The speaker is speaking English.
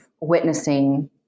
witnessing